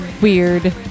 weird